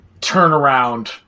turnaround